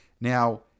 Now